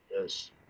Yes